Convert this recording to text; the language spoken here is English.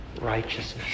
righteousness